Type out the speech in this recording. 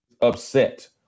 upset